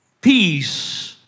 Peace